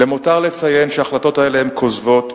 למותר לציין שההחלטות האלה הן כוזבות,